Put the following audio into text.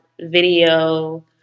video